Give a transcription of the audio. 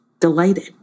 delighted